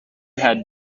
had